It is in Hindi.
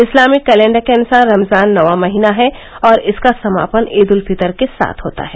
इस्लामिक कैलेण्डर के अनुसार रमजान नौवां महीना है और इसका समापन इदु उल फीतर के साथ होता है